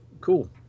cool